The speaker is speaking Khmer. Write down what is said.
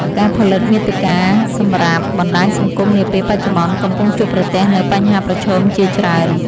ការផលិតមាតិកាសម្រាប់បណ្ដាញសង្គមនាពេលបច្ចុប្បន្ន កំពុងជួបប្រទះនូវបញ្ហាប្រឈមជាច្រើន។